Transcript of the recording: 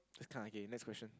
this is kinda gay next question